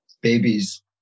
babies